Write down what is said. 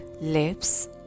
lips